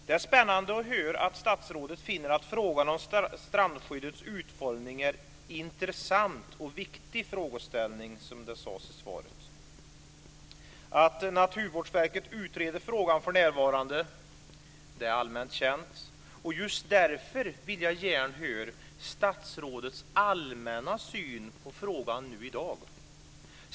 Det är spännande att höra att statsrådet finner att frågan om strandskyddets utformning är intressant och viktig. Att Naturvårdsverket utreder frågan för närvarande är allmänt känt. Just därför vill jag gärna höra statsrådets allmänna syn på frågan i dag.